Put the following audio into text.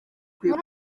muri